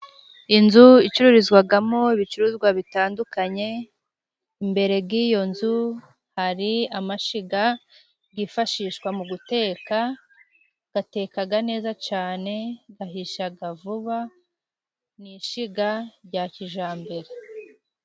Inzu icururizwagamo ibicuruzwa bitandukanye imbere g'iyo nzu hari amashiga twifashisha mu guteka gatekaga neza cane gahishaga vuba n'ishyiga rya kijyambere.